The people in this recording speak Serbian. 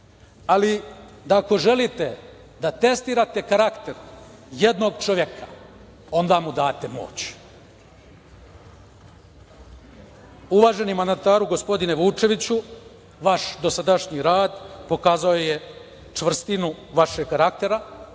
ali da ako želite da testirate karakter jednog čoveka, onda mu date moć. Uvaženi mandataru, gospodine Vučeviću, vaš dosadašnji rad pokazao je čvrstinu vašeg karaktera